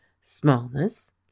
smallness